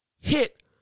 hit